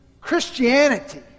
Christianity